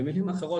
במלים אחרות,